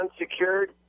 unsecured